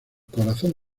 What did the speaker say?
corazón